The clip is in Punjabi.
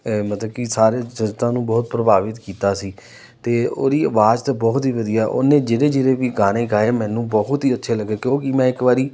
ਮਤਲਬ ਕਿ ਸਾਰੇ ਜਨਤਾ ਨੂੰ ਬਹੁਤ ਪ੍ਰਭਾਵਿਤ ਕੀਤਾ ਸੀ ਅਤੇ ਉਹਦੀ ਆਵਾਜ਼ ਤਾਂ ਬਹੁਤ ਹੀ ਵਧੀਆ ਉਹਨੇ ਜਿਹਦੇ ਜਿਹਦੇ ਵੀ ਗਾਣੇ ਗਾਏ ਮੈਨੂੰ ਬਹੁਤ ਹੀ ਅੱਛੇ ਲੱਗੇ ਕਿਉਂਕਿ ਮੈਂ ਇੱਕ ਵਾਰੀ